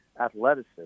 athleticism